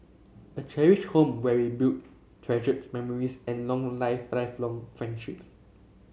a cherished home where we build treasured memories and long life lifelong friendships